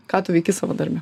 ką tu veiki savo darbe